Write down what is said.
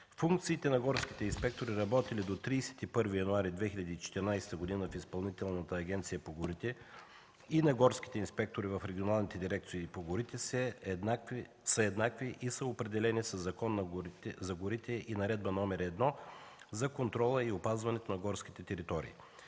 Функциите на горските инспектори, работили до 31 януари 2014 г. в Изпълнителната агенция по горите и на горските инспектори в регионалните дирекции по горите са еднакви и са определени със Закона за горите и Наредба № 1 за контрола и опазването на горските територии.